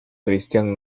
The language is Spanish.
christian